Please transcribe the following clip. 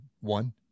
one